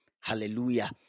Hallelujah